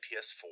PS4